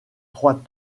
trois